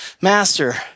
master